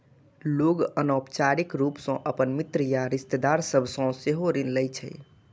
लोग अनौपचारिक रूप सं अपन मित्र या रिश्तेदार सभ सं सेहो ऋण लै छै